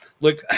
look